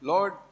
Lord